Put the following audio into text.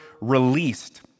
released—